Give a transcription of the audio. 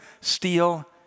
steal